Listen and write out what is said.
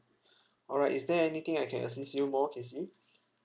alright is there anything I can assist you more casey